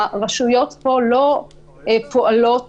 הרשויות פה לא פועלות